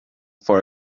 for